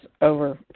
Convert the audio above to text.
over